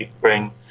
bring